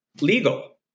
legal